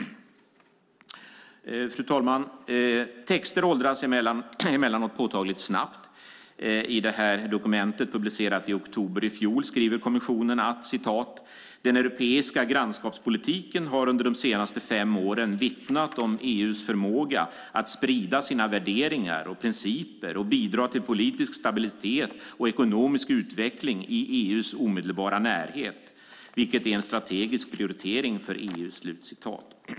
Fru talman! Texter åldras emellanåt påtagligt snabbt. I det här dokumentet, publicerat i oktober ifjol, skriver kommissionen att "den europeiska grannskapspolitiken har under de senaste fem åren vittnat om EU:s förmåga att sprida sina värderingar och principer och bidra till politisk stabilitet och ekonomisk utveckling i EU:s omedelbara närhet, vilken är en strategisk prioritering för EU".